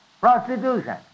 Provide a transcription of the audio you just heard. prostitution